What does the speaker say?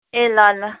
ए ल ल